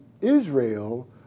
Israel